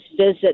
visit